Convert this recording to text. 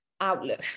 outlook